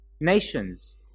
nations